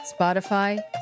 Spotify